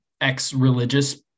ex-religious